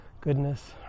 goodness